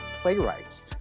playwrights